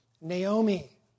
Naomi